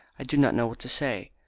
i do not know what to say.